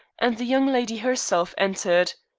and the young lady herself entered.